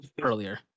earlier